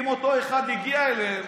אם אותו אחד הגיע אליהם,